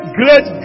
great